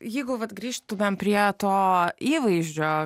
jeigu vat grįžtumėm prie to įvaizdžio